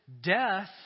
death